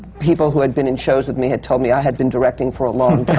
people who had been in shows with me had told me i had been directing for a long